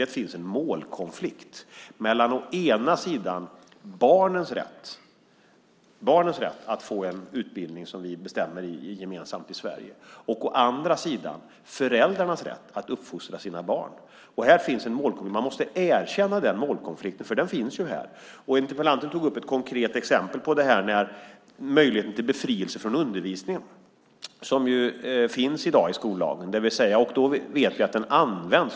Det finns en målkonflikt mellan å ena sidan barnens rätt att få en utbildning som vi bestämmer gemensamt om i Sverige och å andra sidan föräldrarnas rätt att uppfostra sina barn. Man måste erkänna den målkonflikten, för den finns ju här. Interpellanten tog upp ett konkret exempel på den möjlighet till befrielse från undervisning som finns i skollagen i dag. Vi vet att den används.